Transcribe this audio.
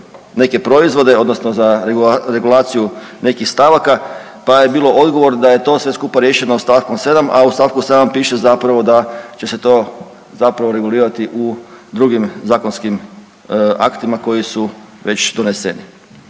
neke proizvode, odnosno za regulaciju nekih stavaka, pa je bilo odgovor da je sve to skupa riješeno stavkom 7 a u st.7 piše zapravo da će se to, zapravo regulirati u drugim Zakonskim aktima koji su već doneseni.